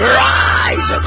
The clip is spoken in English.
rise